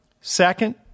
Second